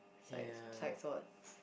side side thought